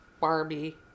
Barbie